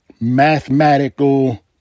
mathematical